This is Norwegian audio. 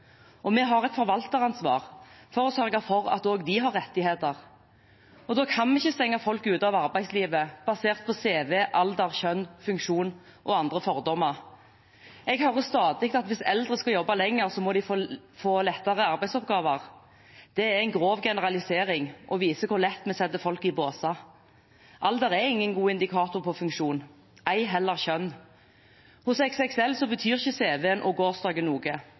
besteforeldre. Vi har et forvalteransvar for å sørge for at også de har rettigheter. Da kan vi ikke stenge folk ute av arbeidslivet basert på cv, alder, kjønn, funksjon og andre fordommer. Jeg hører stadig at hvis eldre skal jobbe lenger, må de få lettere arbeidsoppgaver. Det er en grov generalisering og viser hvor lett vi setter folk i båser. Alder er ingen god indikator på funksjon – ei heller kjønn. Hos XXL betyr ikke cv-en og gårsdagen noe.